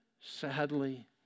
sadly